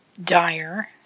Dire